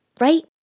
right